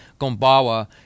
Gombawa